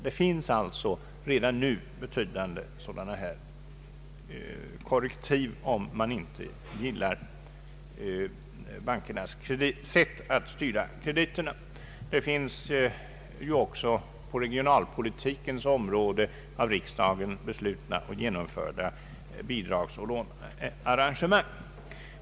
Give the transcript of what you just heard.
Det finns alltså redan nu betydande korrektiv om man inte gillar bankernas sätt att styra krediterna. På regionalpolitikens område finns det också av riksdagen beslutade bidragsoch lånearrangemang.